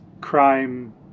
crime